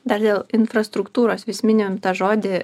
dar dėl infrastruktūros vis mini tą žodį